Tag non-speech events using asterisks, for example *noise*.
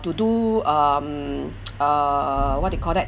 to do um *noise* uh what do you call that